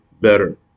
better